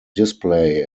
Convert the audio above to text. display